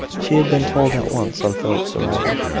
she had been told at once, on philip's arrival,